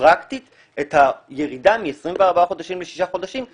פרקטית את הירידה מ-24 חודשים לשישה חודשים,